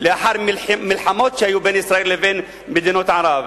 לאחר מלחמות שהיו בין ישראל לבין מדינות ערב,